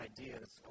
ideas